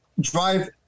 drive